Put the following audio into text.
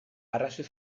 arrazoi